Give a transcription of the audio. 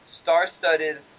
star-studded